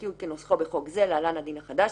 י' כנוסחו בחוק זה (להלן: הדין החדש),